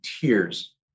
tears